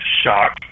shock